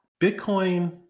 Bitcoin